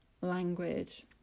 language